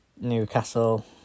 Newcastle